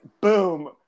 boom